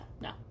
no